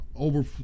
over